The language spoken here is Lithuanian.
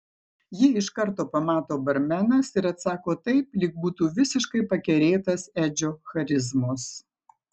jį iš karto pamato barmenas ir atsako taip lyg būtų visiškai pakerėtas edžio charizmos